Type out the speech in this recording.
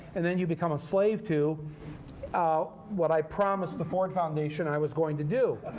and then you become a slave to ah what i promised the ford foundation i was going to do.